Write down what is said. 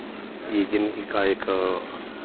ये जिन्दगी का एक